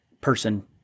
person